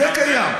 זה קיים.